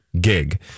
gig